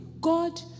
God